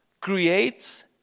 Creates